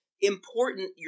important